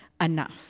enough